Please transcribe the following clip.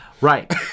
Right